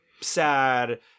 sad